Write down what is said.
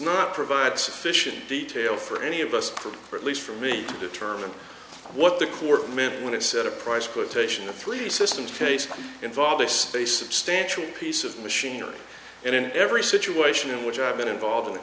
not provide sufficient detail for any of us or at least for me to determine what the court meant when i set a price quotation of three systems case involved a space substantial piece of machinery and in every situation in which i've been involved in a